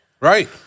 Right